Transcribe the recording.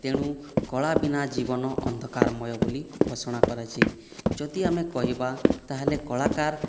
ତେଣୁ କଳା ବିନା ଜୀବନ ଅନ୍ଧକାରମୟ ବୋଲି ଘୋଷଣା କରାଯାଇଛି ଯଦି ଆମେ କହିବା ତା'ହେଲେ କଳାକାର